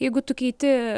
jeigu tu keiti